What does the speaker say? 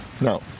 No